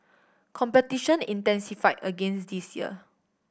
competition intensify agains this year